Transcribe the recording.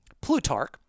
Plutarch